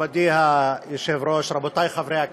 מכובדי היושב-ראש, רבותי חברי הכנסת,